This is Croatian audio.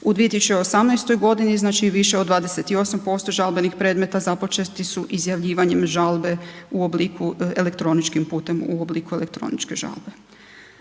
U 2018. godini znači više od 28% žalbenih predmeta započeti su izjavljivanjem žalbe u obliku elektroničkim putem u obliku elektroničke žalbe.